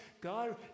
God